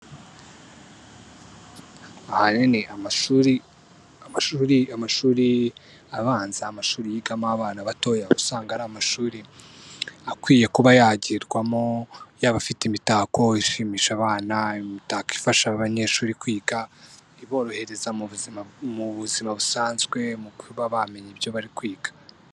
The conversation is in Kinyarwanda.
Ahanini abanza amashuri yigamo abana batoya usanga ari amashuri akwiye kuba yagirwamo yaba afite imitako ishimisha abana imitako ifasha abanyeshuri kwiga iborohereza mu buzima busanzwe mu kuba bamenya ibyo bari kwiga.